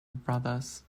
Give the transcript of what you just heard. brothers